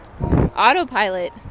autopilot